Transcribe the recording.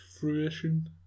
fruition